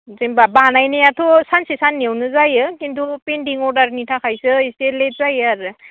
जेनेबा बानायनायाथ' सानसे सान्नैआवनो जायो खिन्थु पेनदिं अरदारनि थाखायसो एसे लेट जायो आरो